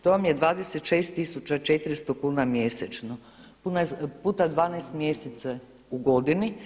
To vam je 26.400 kuna mjesečno puta 12 mjeseci u godini